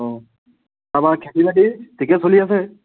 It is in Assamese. অঁ তাৰপৰা খেতি বাতি ঠিকে চলি আছে